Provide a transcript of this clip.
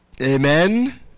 Amen